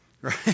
right